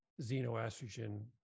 xenoestrogen